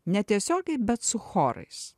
netiesiogiai bet su chorais